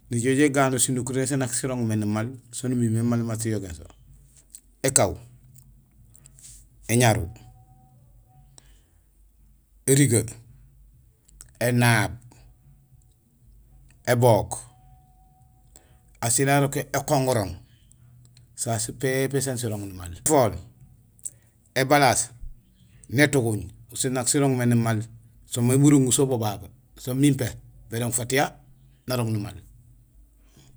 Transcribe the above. Ni jo jéganul sinukuréén saan nak sirooŋ mé numaal saan umimé maal mat siyogéén so: ékaaw, éñaru, érigee, énaab, ébook; asiil arok yo ékongorong; sasu pépé sén sirooŋ numaal. Ēfool, ébalaas, nétuguñ so nak sirooŋ mé numaal. So may muroŋum so bo babé; so mimpé: bérooŋ fatiha, narooŋ numaal.